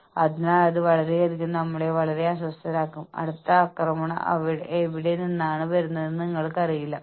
ഹോണുകളും halo ഇഫക്റ്റും അല്ല ഇത് ഞങ്ങൾ ഒരു കൂട്ടം പ്രതീക്ഷകൾ ഉണ്ടാക്കുന്നു ഇത് ഒരു കൊടുക്കലും വാങ്ങലുമാകുന്നു